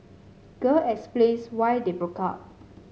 girl explains why they broke up